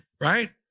right